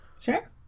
Sure